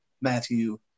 Matthew